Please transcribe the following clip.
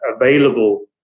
available